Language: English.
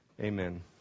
Amen